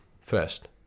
first